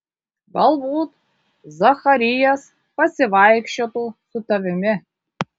galbūt zacharijas pasivaikščiotų su tavimi